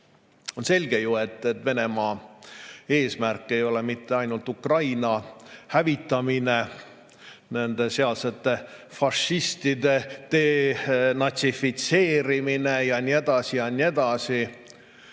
On selge, et Venemaa eesmärk ei ole mitte ainult Ukraina hävitamine, sealsete fašistide denatsifitseerimine ja nii edasi, vaid kui